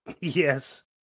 Yes